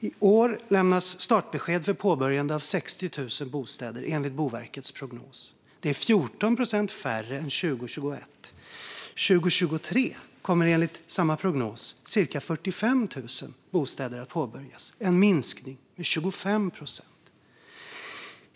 I år lämnas startbesked för att börja bygga 60 000 bostäder, enligt Boverkets prognos. Det är 14 procent färre än 2021. År 2023 kommer enligt samma prognos byggandet av cirka 45 000 bostäder att påbörjas, en minskning med 25 procent.